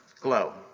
GLOW